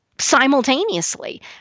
simultaneously